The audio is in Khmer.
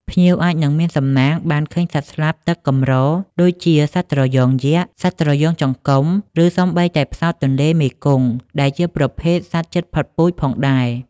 ភ្ញៀវអាចនឹងមានសំណាងបានឃើញសត្វស្លាបទឹកកម្រ ដូចជាសត្វត្រយ៉ងយក្ស និងសត្វត្រយ៉ងចង្កុំ ឬសូម្បីតែផ្សោតទន្លេមេគង្គ ដែលជាប្រភេទសត្វជិតផុតពូជផងដែរ។